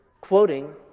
quoting